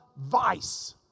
vice